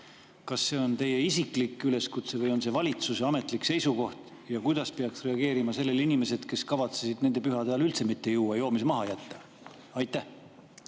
Kas see on teie isiklik üleskutse või on see valitsuse ametlik seisukoht? Ja kuidas peaks reageerima sellele inimesed, kes kavatsesid nende pühade ajal üldse mitte juua, joomise maha jätta? Aitäh!